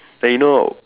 like you know